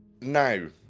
No